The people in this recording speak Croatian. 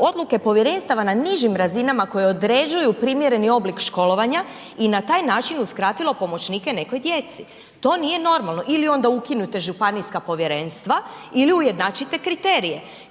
odluke povjerenstava na nižim razinama koje određuju primjerni oblik školovanja i na taj način uskratilo pomoćnike nekoj djeci. To nije normalno. Ili onda ukinite županijska povjerenstva ili ujednačite kriterije.